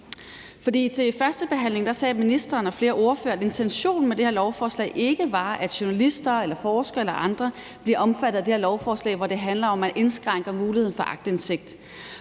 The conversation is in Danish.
Til førstebehandlingen sagde ministeren og flere ordførere, at intentionen med det her lovforslag ikke var, at journalister eller forskere eller andre blev omfattet af det her lovforslag, hvor det handler om at indskrænke muligheden for aktindsigt,